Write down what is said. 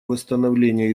восстановления